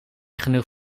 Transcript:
genoeg